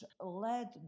led